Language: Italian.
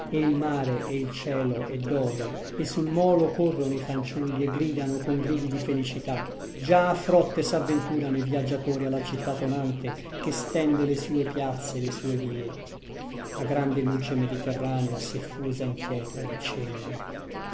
e il mare e il cielo è d'oro e sul molo corrono i fanciulli e gridano con gridi di felicità già a frotte s'avventurano i viaggiatori alla città tonante che stende le sue piazze e le sue vie la grande luce mediterranea s'è fusa in pietra di cenere